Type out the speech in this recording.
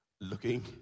Looking